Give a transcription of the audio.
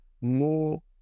more